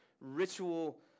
ritual